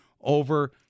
over